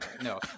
no